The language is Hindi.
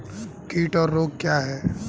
कीट और रोग क्या हैं?